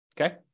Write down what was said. Okay